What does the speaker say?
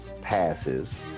passes